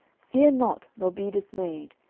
fear not, nor be dismayed,